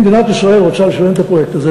אם מדינת ישראל רוצה לשלם את הפרויקט הזה,